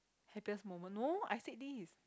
happiest moment no I said this